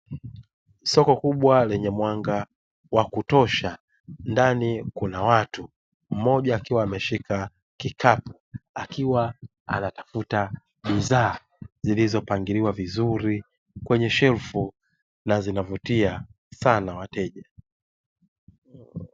Soko kubwa lenye mwanga wa kutosha, ndani kuna watu, mmoja akiwa ameshika kikapu akiwa anatafuta bidhaa zilizopangiliwa vizuri kwenye shelfu na zinavutia sana wateja.